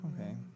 Okay